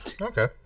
Okay